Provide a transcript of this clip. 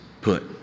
put